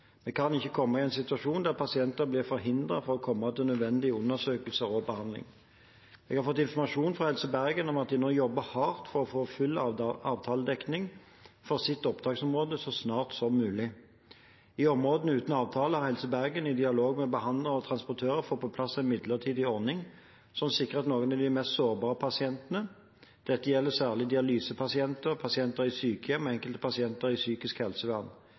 Vi kan ikke komme i en situasjon der pasienter blir forhindret fra å komme til nødvendig undersøkelse og behandling. Jeg har fått informasjon fra Helse Bergen om at de nå jobber hardt for å få full avtaledekning for sitt opptaksområde så snart som mulig. I områder uten avtale har Helse Bergen, i dialog med behandlere og transportører, fått på plass midlertidige ordninger som sikrer noen av de mest sårbare pasientene. Dette gjelder særlig dialysepasienter, pasienter i sykehjem og enkelte pasienter i psykisk helsevern.